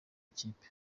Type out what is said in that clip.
ikipe